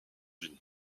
unis